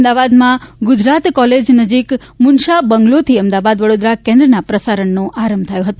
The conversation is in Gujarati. અમદાવાદમાં ગુજરાત કોલેજ નજીક મુનશા બંગ્લોથી અમદાવાદ વડોદરા કેન્દ્રના પ્રસારણનો આરંભ થયો હતો